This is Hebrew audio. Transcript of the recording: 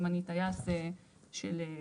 אם אני טייס של,